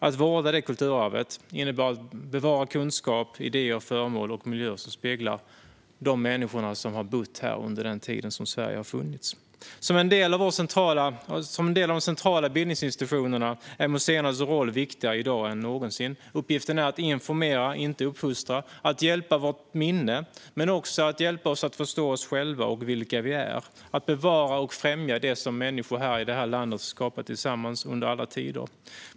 Att vårda detta kulturarv innebär att bevara kunskap, idéer, föremål och miljöer som speglar de människor som har bott här under den tid som Sverige har funnits. Som en del av de centrala bildningsinstitutionerna är museernas roll viktigare i dag än någonsin. Uppgiften är att informera, inte att uppfostra. Det handlar om att hjälpa vårt minne, men också om att hjälpa oss att förstå oss själva och vilka vi är. Det handlar om att bevara och främja det som människor i det här landet har skapat tillsammans under alla tider.